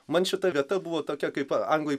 man šita vieta buvo tokia kaip anglai